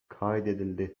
kaydedildi